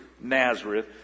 Nazareth